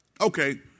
Okay